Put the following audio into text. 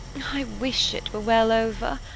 i wish it were well over.